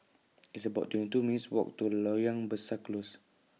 It's about twenty two minutes' Walk to Loyang Besar Close